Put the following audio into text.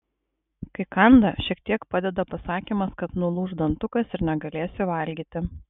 kai kanda šiek tiek padeda pasakymas kad nulūš dantukas ir negalėsi valgyti